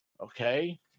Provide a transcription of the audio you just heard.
Okay